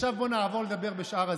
עכשיו בואו נעבור לדבר, בשאר הזמן,